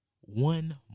one